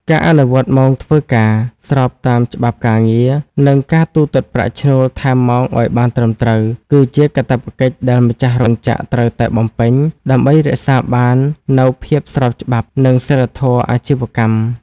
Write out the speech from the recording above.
ការអនុវត្តម៉ោងធ្វើការស្របតាមច្បាប់ការងារ និងការទូទាត់ប្រាក់ឈ្នួលថែមម៉ោងឱ្យបានត្រឹមត្រូវ គឺជាកាតព្វកិច្ចដែលម្ចាស់រោងចក្រត្រូវតែបំពេញ ដើម្បីរក្សាបាននូវភាពស្របច្បាប់ និងសីលធម៌អាជីវកម្ម។